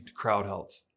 CrowdHealth